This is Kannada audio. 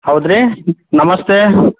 ಹೌದ್ರೀ ನಮಸ್ತೆ